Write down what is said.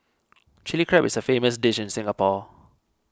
Chilli Crab is a famous dish in Singapore